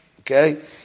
Okay